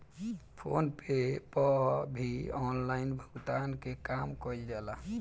phone पे पअ भी online भुगतान के काम कईल जाला